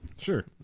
Sure